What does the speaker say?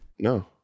No